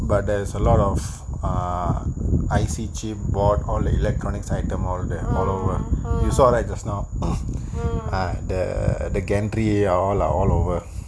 but there is a lot of uh I_T chip board all that all electronic items all there all over you saw that just now uh the the gantry all are all over